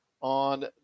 on